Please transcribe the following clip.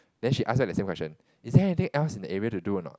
then she ask us the same question is there anything else in the area to do or not